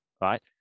right